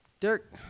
Dirk